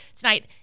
tonight